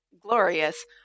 glorious